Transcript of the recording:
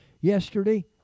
yesterday